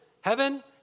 heaven